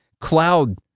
cloud